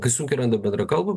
kai sunkiai randa bendrą kalbą